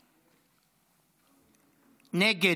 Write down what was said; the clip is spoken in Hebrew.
נגד,